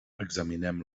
examinem